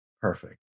perfect